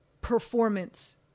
performance